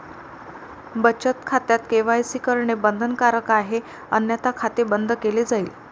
बचत खात्यात के.वाय.सी करणे बंधनकारक आहे अन्यथा खाते बंद केले जाईल